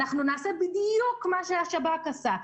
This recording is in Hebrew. אנחנו נעשה בדיוק מה שהשב"כ עשה.